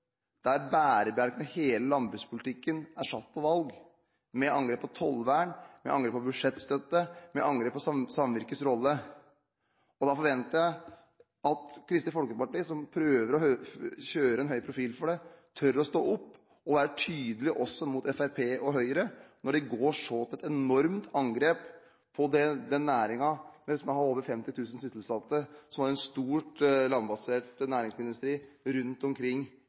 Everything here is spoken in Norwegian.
der bærebjelken i hele landbrukspolitikken er satt ut på valg. Det er angrep på tollvern, budsjettstøtte og samvirkenes rolle. Jeg forventer at Kristelig Folkeparti, som prøver å kjøre en høy profil for dette, tør å stå opp og være tydelige også overfor Fremskrittspartiet og Høyre, når de går til et slikt enormt angrep på en næring som har over 50 000 sysselsatte, og som har en stor, landbasert næringsmiddelindustri rundt omkring